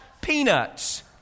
peanuts